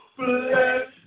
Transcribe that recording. bless